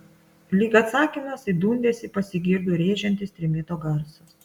lyg atsakymas į dundesį pasigirdo rėžiantis trimito garsas